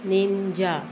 ninja